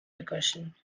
recursion